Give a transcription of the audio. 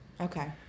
Okay